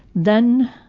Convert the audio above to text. then,